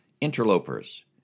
interlopers